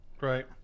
Right